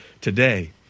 today